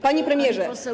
Panie Premierze!